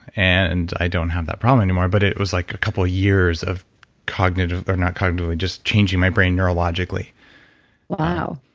and i don't have that problem anymore, but it was like a couple years of cognitive. or not cognitively, but just changing my brain neurologically wow.